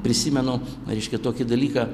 prisimenu reiškia tokį dalyką